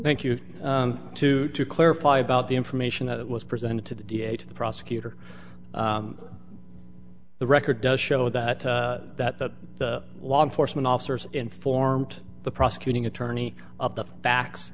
thank you to to clarify about the information that was presented to the d a to the prosecutor the record does show that that that the law enforcement officers informed the prosecuting attorney of the facts